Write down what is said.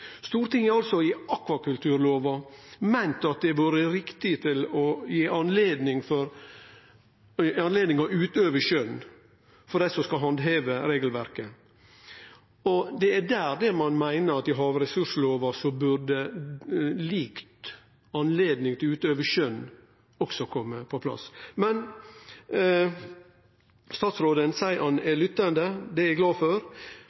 Stortinget har altså i akvakulturlova meint at det har vore riktig å gi anledning til å utøve skjøn for dei som skal handheve regelverket. Det er der ein meiner at i havressurslova burde lik anledning til å utøve skjøn også kome på plass. Statsråden seier han er lyttande – det er eg glad for